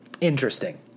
interesting